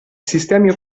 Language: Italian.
sistemi